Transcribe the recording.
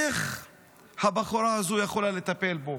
איך הבחורה הזו יכולה לטפל בו,